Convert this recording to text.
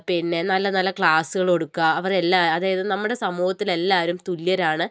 പിന്നെ നല്ല നല്ല ക്ലാസുകൾ കൊടുക്കുക അവരെ എല്ലാ അതായത് നമ്മുടെ സമൂഹത്തിൽ എല്ലാവരും തുല്യരാണ്